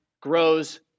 grows